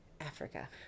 Africa